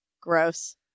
gross